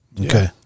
Okay